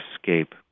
escape